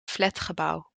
flatgebouw